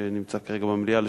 שנמצא כרגע במליאה,